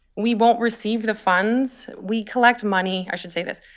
we won't receive the funds. we collect money i should say this.